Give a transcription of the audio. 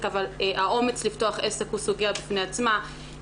אבל האומץ לפתוח עסק הוא סוגיה בפני עצמה.